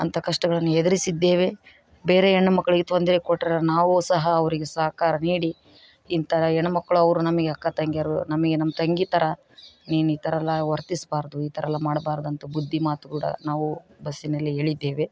ಅಂತ ಕಷ್ಟಗಳನ್ನು ಎದುರಿಸಿದ್ದೇವೆ ಬೇರೆ ಹೆಣ್ಣು ಮಕ್ಳಿಗೆ ತೊಂದರೆ ಕೊಟ್ಟರೆ ನಾವು ಸಹ ಅವ್ರಿಗೆ ಸಹಕಾರ ನೀಡಿ ಇಂಥ ಹೆಣ್ ಮಕ್ಳು ಅವ್ರು ನಮಗೆ ಅಕ್ಕ ತಂಗಿಯರು ನಮಗೆ ನಮ್ಮ ತಂಗಿ ಥರ ನೀನು ಈ ಥರ ಎಲ್ಲ ವರ್ತಿಸಬಾರ್ದು ಈ ಥರ ಎಲ್ಲ ಮಾಡ್ಬಾರ್ದು ಅಂತ ಬುದ್ದಿ ಮಾತುಕೂಡ ನಾವು ಬಸ್ಸಿನಲ್ಲಿ ಹೇಳಿದ್ದೇವೆ